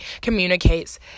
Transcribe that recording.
communicates